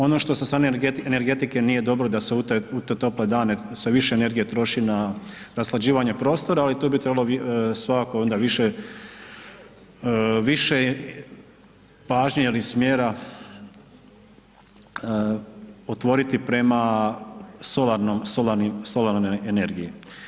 Ono što sa strane energetike nije dobro da se u te tople dane sve više energije troši na rashlađivanje prostora, ali tu bi trebalo svakako onda više, više pažnje ili smjera otvoriti prema solarnom, solarnim, solarnoj energiji.